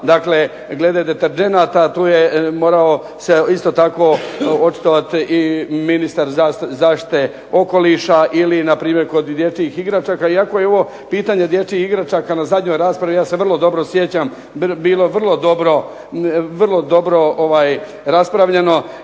glede deterdženata, tu je morao se isto tako očitovati i ministar zaštite okoliša, ili na primjer kod dječjih igračaka, iako je ovo pitanje dječjih igračaka, na zadnjoj raspravi ja se vrlo dobro sjećam bilo vrlo dobro raspravljeno,